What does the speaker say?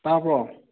ꯇꯥꯕ꯭ꯔꯣ